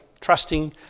trusting